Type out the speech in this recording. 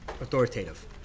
authoritative